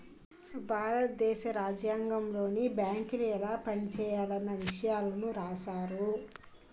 భారత దేశ రాజ్యాంగంలోనే బేంకులు ఎలా పనిజేయాలన్న ఇసయాలు రాశారు